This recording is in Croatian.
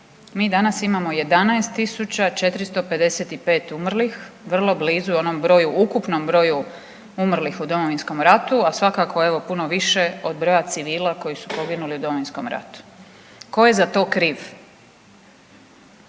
Mi danas imamo 11 tisuća 455 umrlih. Vrlo blizu je onom broju ukupnom broju umrlih u Domovinskom ratu, a svakako evo puno više od broja civila koji su poginuli u Domovinskom ratu. Tko je za to kriv?